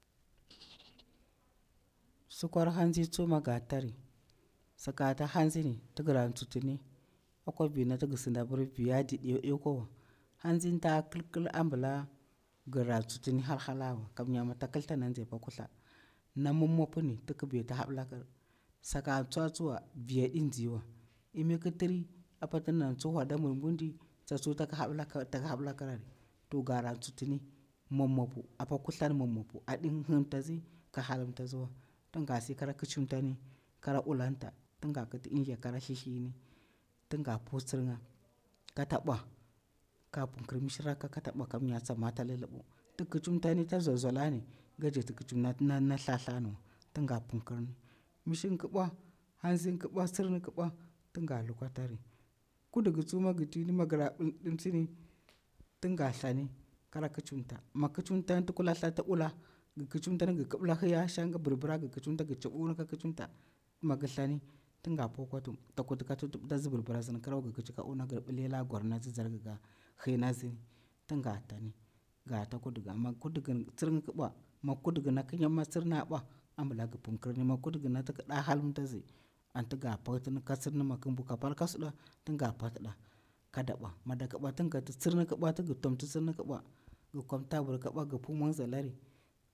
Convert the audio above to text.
Sukwar hangzi tsu mi ga tari, sakati hangzini ti gra ntsutini, akwa viti nati gi sindi bir viya diɗi ɗekwawa, hangzin ta ka kil kila ambila gira tsutini, halhalawa, kam nya mi ta kil tana tzi pa kutha, na mummopuni tiki baiti habila kir, saka ntsa tsuwa viya ɗin ziwa, imi ki triy, apa tin ndana ntsu wada mbur burdi, tsa tsu tsak haɓila kirari, to gara ntsutini mommopu apa kuthar mommopu, aɗi himtatsi ka halimtasiwa, tin ga si kara ƙicimtani, kara ulanta, tinga kiti inthla kara thlithliini kinga pu tsiringa ka ta bwa, ka pumki misha rakka kata bwa kamnya tsama ta lulubu tig kicimtani ta zol zolani, ga jakti kici nati na thlathlaniwa tin ga pun kirni, mishin ƙi bwa, hatsi ki bwa tsirnga ki bwa tin nga lukwa tarri. Kudika tsuwa mi gra ɗimtsini, tin ga thlani kara kicimtani, mig kicimtani ti kulathla ti ula, gi kicimtani gi kibila hiya shang, ga birbira gi kilimta, gi cabu una ka kalimta ni, mi gi thlani tin ga pu kwa tuhum, ta kurti ka tutubitasi, birbira zini krawa, gi kici ka una gir bilela gwarna si zari ga khiy na tzini, tin ga tani ga ta kudika mi kudikini tsirnga ƙi bwa mi kudika na kunyam mi tsirnga a bwa ambila gi punkirni, mi kudika nati ki halimtazi anti ga paktini ka tsirni, mi kim mbu ka pal ka suda tinga pakti ɗa ka da bwa, mi dak bwa tin ngati tsirni ki ɓwa tigi tumti tsirni ki bwa gi kwamti abir ki bwa gi pu mwamza lari.